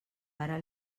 para